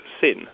sin